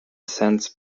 sense